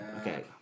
Okay